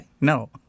No